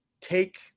take